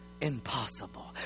impossible